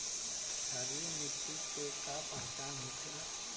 क्षारीय मिट्टी के का पहचान होखेला?